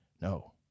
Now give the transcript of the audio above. No